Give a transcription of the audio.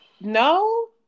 No